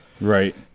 Right